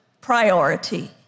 priority